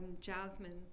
Jasmine